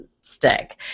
stick